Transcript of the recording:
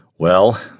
Well